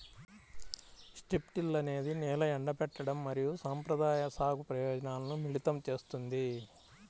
strip till అనేది నేల ఎండబెట్టడం మరియు సంప్రదాయ సాగు ప్రయోజనాలను మిళితం చేస్తుంది